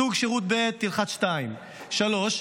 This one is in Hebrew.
סוג שירות ב' תלחץ 2, 3,